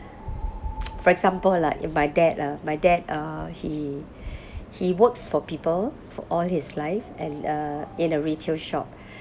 for example like if my dad ah my dad uh he he worked for people for all his life and uh in a retail shop